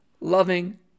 loving